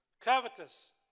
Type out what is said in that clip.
covetous